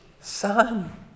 Son